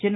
N